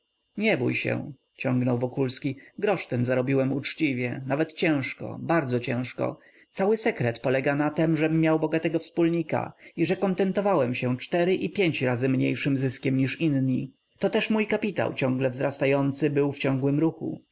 nie bój się ciągnął wokulski grosz ten zarobiłem uczciwie nawet ciężko bardzo ciężko cały sekret polega na tem żem miał bogatego wspólnika i że kontentowałem się cztery i pięć razy mniejszym zyskiem niż inni to też mój kapitał ciągle wzrastający był w ciągłym ruchu